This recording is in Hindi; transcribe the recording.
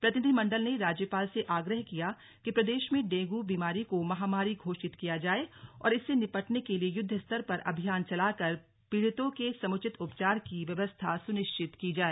प्रतिनिधिमंडल ने राज्यपाल से आग्रह किया कि प्रदेशभर में डेंगू बीमारी को महामारी घोषित किया जाय और इससे निपटने के लिए युद्ध स्तर पर अभियान चलाकर पीड़ितों के समुचित उपचार की व्यवस्था सुनिश्चित की जाए